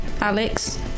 Alex